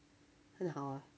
很好啊